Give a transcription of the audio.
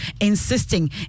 insisting